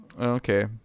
Okay